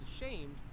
ashamed